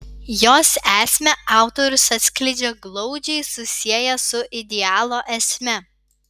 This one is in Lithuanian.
jos esmę autorius atskleidžia glaudžiai susiejęs su idealo esme